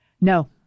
No